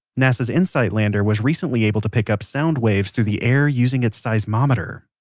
nasa's insight lander was recently able to pick up sound waves through the air using it's seismometer.